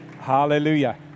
Hallelujah